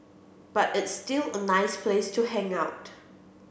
but it's still a nice place to hang out